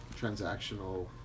transactional